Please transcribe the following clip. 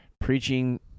preaching